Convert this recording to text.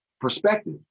perspective